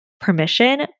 permission